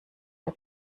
der